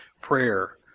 prayer